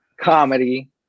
comedy